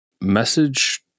message